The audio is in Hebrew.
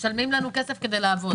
משלמים לנו כסף כדי לעבוד.